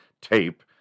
tape